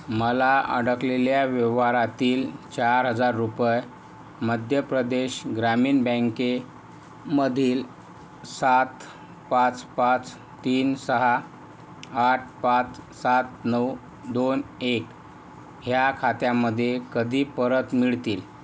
मला अडकलेल्या व्यवहारातील चार हजार रुपये मध्य प्रदेश ग्रामीण बँकेमधील सात पाच पाच तीन सहा आठ पाच सात नऊ दोन एक ह्या खात्यामध्ये कधी परत मिळतील